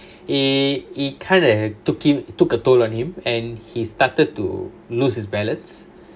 eh it kind of took him took a toll on him and he started to lose his balance